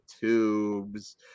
tubes